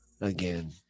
again